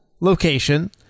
location